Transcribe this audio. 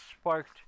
sparked